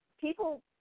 people